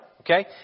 okay